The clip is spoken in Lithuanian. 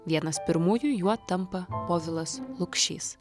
vienas pirmųjų juo tampa povilas lukšys